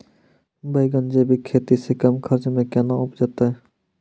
बैंगन जैविक खेती से कम खर्च मे कैना उपजते?